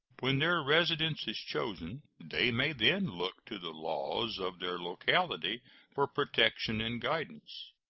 when their residence is chosen, they may then look to the laws of their locality for protection and guidance.